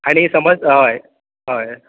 आनी समज हय हय